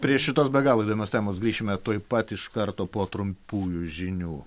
prie šitos be galo įdomios temos grįšime tuoj pat iš karto po trumpųjų žinių